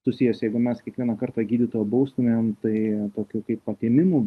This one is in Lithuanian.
susijęs jeigu mes kiekvieną kartą gydytoją baustumėm tai tokiu kaip atėmimu